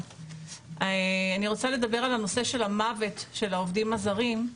על הנושא של המוות של העובדים הזרים,